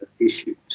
issues